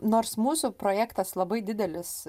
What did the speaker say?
nors mūsų projektas labai didelis